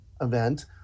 event